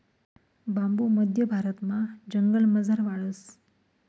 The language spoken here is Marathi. बांबू मध्य भारतमा जंगलमझार वाढस